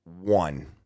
one